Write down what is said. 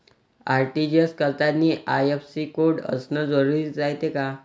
RTGS करतांनी IFSC code असन जरुरी रायते का?